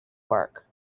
work